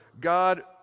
God